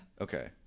Okay